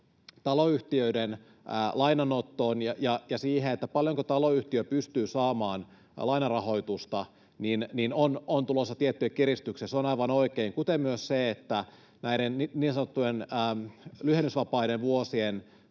taloyhtiöiden lainanottoon ja siihen, paljonko taloyhtiö pystyy saamaan lainarahoitusta, on tulossa tiettyjä kiristyksiä. Se on aivan oikein, kuten myös se, että näihin niin sanottuihin lyhennysvapaisiin vuosiin